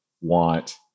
want